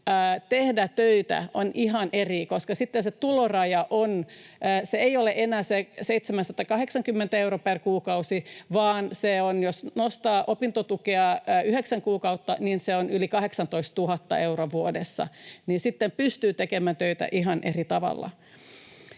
tehdä töitä ovat ihan erilaiset, koska sitten se tuloraja ei ole enää 780 euroa per kuukausi, vaan jos nostaa opintotukea yhdeksän kuukautta, se on yli 18 000 euroa vuodessa, joten sitten pystyy tekemään töitä ihan eri tavalla.